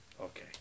Okay